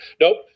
nope